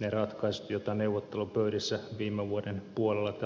ne ratkaisut joita neuvottelupöydissä viime vuoden puolella tältä osin tehtiin